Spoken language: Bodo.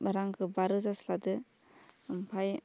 रांखौ बा रोजासो लादो ओमफ्राय